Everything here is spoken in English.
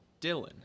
Dylan